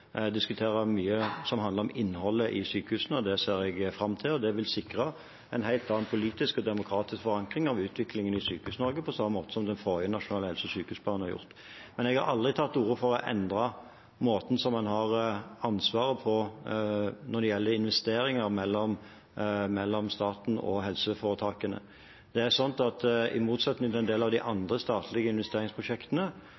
mye som handler om innholdet i sykehusene. Det ser jeg fram til. Det vil sikre en helt annen politisk og demokratisk forankring av utviklingen i Sykehus-Norge, på samme måte som den forrige nasjonale helse- og sykehusplanen har gjort. Men jeg har aldri tatt til orde for å endre måten man har ansvaret på når det gjelder investeringer mellom staten og helseforetakene. I motsetning til en del av de